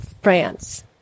France